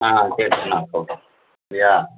ஆ கேட்டுவிட்டு நான் சொல்கிறேன் சரியா